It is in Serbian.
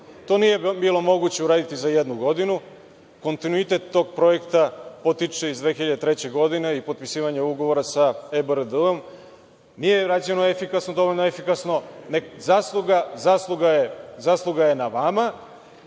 to nije bilo moguće uraditi za jednu godinu. Kontinuitet tog projekta potiče iz 2003. godine i potpisivanje ugovora sa EBRD nije urađeno dovoljno efikasno. Zasluga je na vama